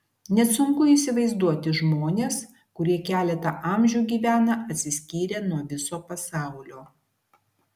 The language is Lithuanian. net sunku įsivaizduoti žmones kurie keletą amžių gyvena atsiskyrę nuo viso pasaulio